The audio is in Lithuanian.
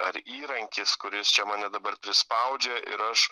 ar įrankis kuris čia mane dabar prispaudžia ir aš